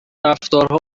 رفتارها